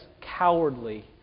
cowardly